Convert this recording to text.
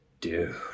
dude